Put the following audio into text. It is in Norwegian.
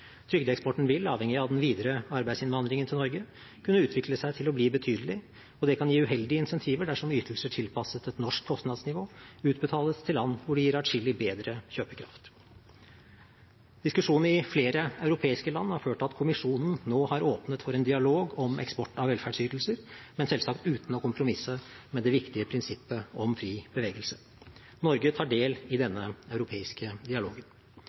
Trygdeeksporten vil, avhengig av den videre arbeidsinnvandringen til Norge, kunne utvikle seg til å bli betydelig, og det kan gi uheldige incentiver dersom ytelser tilpasset et norsk kostnadsnivå utbetales til land hvor de gir atskillig bedre kjøpekraft. Diskusjon i flere europeiske land har ført til at kommisjonen nå har åpnet for en dialog om eksport av velferdsytelser, men selvsagt uten å kompromisse med det viktige prinsippet om fri bevegelse. Norge tar del i denne europeiske dialogen.